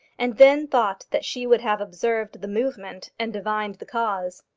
and then thought that she would have observed the movement, and divined the cause.